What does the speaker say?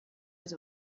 with